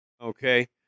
okay